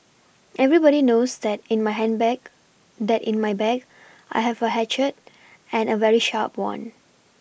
everybody knows that in my ham bag that in my bag I have a hatchet and a very sharp one